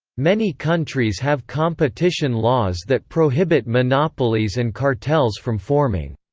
many countries have competition laws that prohibit monopolies and cartels from forming.